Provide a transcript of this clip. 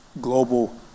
global